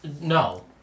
No